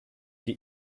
die